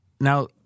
Now